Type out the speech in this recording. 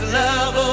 love